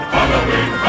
Halloween